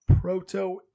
Proto